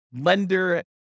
lender